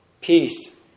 peace